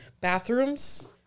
bathrooms